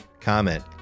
comment